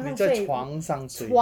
你在床上睡